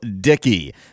Dicky